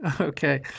Okay